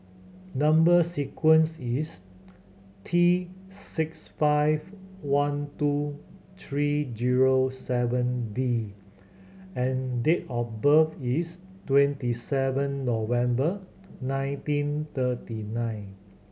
number sequence is T six five one two three zero seven D and date of birth is twenty seven November nineteen thirty nine